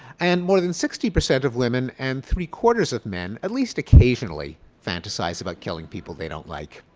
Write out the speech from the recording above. and more than sixty percent of women and three quarters of men at least occasionally fantasize about killing people they don't like.